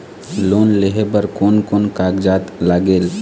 Loan लेहे बर कोन कोन कागजात लागेल?